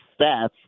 stats